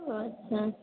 अच्छा